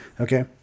Okay